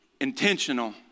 intentional